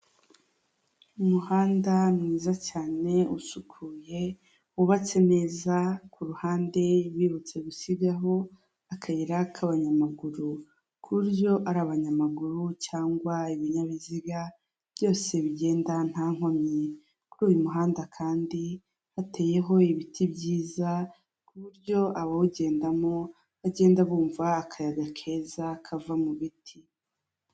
Umuhanda mwiza cyane usukuye wubatse neza ku ruhande bibutse gusigaho akayira k'abanyamaguru, kuburyo ari abanyamaguru cyangwa ibinyabiziga byose bigenda nta nkomyi. Kuri uyu muhanda kandi hateyeho ibiti byiza kuburyo abawugendamo bagenda bumva akayaga keza kava mu biti.